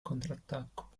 contrattacco